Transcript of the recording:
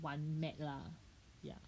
one mat lah ya